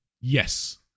Yes